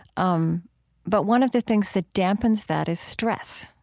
um but one of the things that dampens that is stress.